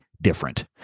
different